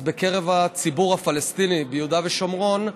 בקרב הציבור הפלסטיני ביהודה ושומרון,